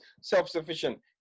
self-sufficient